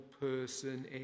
person